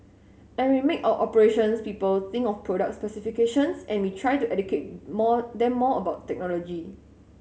and we make our operations people think of product specifications and we try to educate more then more about technology